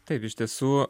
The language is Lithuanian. taip iš tiesų